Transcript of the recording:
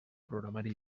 programari